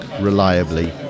reliably